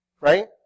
Right